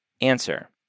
answer